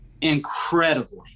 incredibly